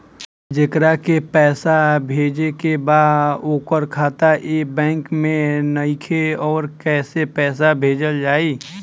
जेकरा के पैसा भेजे के बा ओकर खाता ए बैंक मे नईखे और कैसे पैसा भेजल जायी?